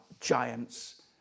Giants